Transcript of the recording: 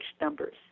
numbers